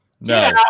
No